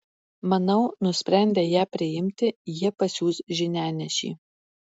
manau nusprendę ją priimti jie pasiųs žinianešį